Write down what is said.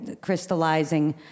crystallizing